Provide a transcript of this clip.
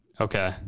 Okay